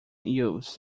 youths